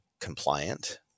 compliant